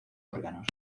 órganos